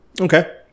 Okay